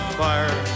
fire